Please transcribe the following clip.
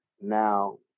now